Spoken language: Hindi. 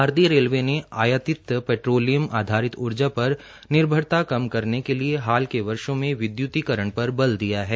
भारतीय रेल ने आयातित पेट्रोलियम आधारित ऊर्जा पर निर्भरता कम करने के लिए हाल के वर्षो में विद्युतिकरण पर बल दिया है